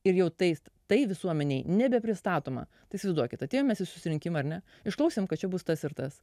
ir jau tai visuomenei nebe pristatoma įsivaizduokit atėjom mes į susirinkimą ar ne išklausėm kad čia bus tas ir tas